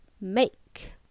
make